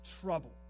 trouble